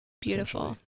beautiful